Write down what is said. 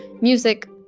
music